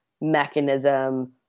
mechanism